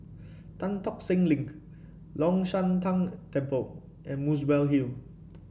Tan Tock Seng Link Long Shan Tang Temple and Muswell Hill